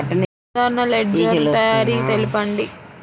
సాధారణ లెడ్జెర్ తయారి తెలుపండి?